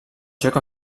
joc